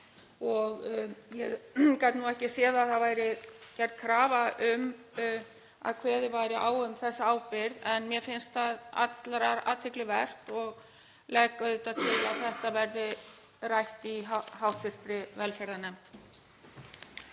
og ég gat ekki séð að það væri gerð krafa um að kveðið væri á um þessa ábyrgð. En mér finnst það allrar athygli vert og legg auðvitað til að þetta verði rætt í hv. velferðarnefnd.